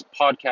podcast